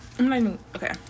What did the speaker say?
okay